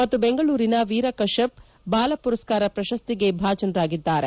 ಮತ್ತು ಬೆಂಗಳೂರಿನ ವೀರ ಕಷ್ಣಪ್ ಬಾಲಪುರಸ್ತಾರ ಪ್ರಶಸ್ತಿಗೆ ಭಾಜನರಾಗಿದ್ದಾರೆ